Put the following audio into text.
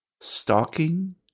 Stalking